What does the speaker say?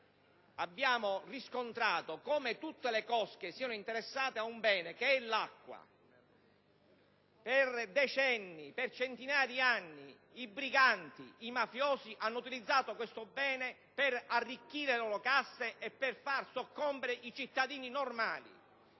abbiamo riscontrato come tutte le cosche siano interessate al bene dell'acqua. Per decenni o meglio per centinaia di anni i briganti ed i mafiosi hanno utilizzato questo bene per arricchire le proprie casse e per far soccombere i cittadini normali.